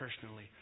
personally